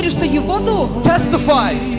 testifies